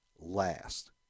last